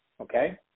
okay